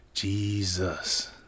Jesus